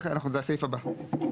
זה הסעיף הבא.